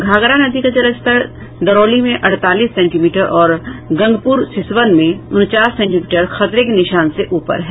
घाघरा नदी का जलस्तर दरौली में अड़तालीस सेंटीमीटर और गंगपुर सिसवन में उनचास सेंटीमीटर खतरे के निशान से उपर है